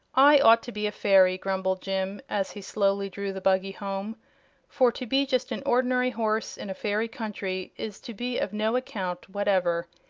i ought to be a fairy, grumbled jim, as he slowly drew the buggy home for to be just an ordinary horse in a fairy country is to be of no account whatever.